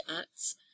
acts